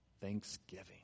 thanksgiving